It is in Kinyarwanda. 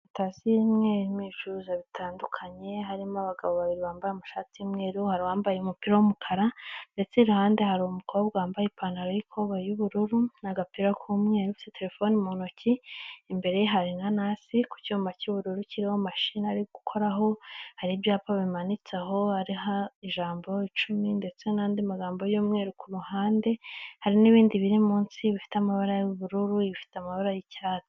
Sitasiyo imwe irimo ibicuruzwa bitandukanye, harimo abagabo babiri bambaye amashati y'umweru, hari uwambaye umupira w'umukara ndetse iruhande hari umukobwa wambaye ipantaro y'ikoboyi y'ubururu n'agapira k'umweru, ufite telefone mu ntoki, imbere ye hari inanasi ku cyuma cy'ubururu kiriho mashini ari gukoraho, hari ibyapa bimanitse aho, hariho ijambo icumi ndetse n'andi magambo y'umweru ku ruhande, hari n'ibindi biri munsi bifite amabara y'ubururu n'ibifite amabara y'icyatsi.